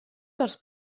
dels